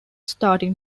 starting